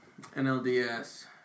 NLDS